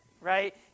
right